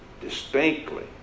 distinctly